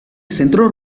centros